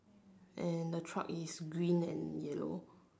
and the truck is green and yellow